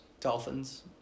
Dolphins